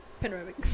Panoramic